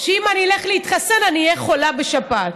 שאם אני אלך להתחסן אני אהיה חולה בשפעת.